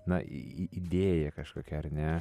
na į idėją kažkokią ar ne